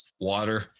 water